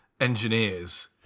engineers